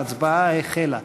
ההצבעה החלה.